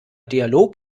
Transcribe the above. dialog